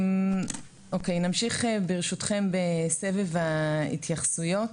נמשיך ברשותכם בסבב ההתייחסויות.